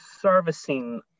servicing